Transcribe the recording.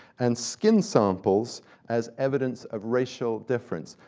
and skin samples as evidence of racial difference.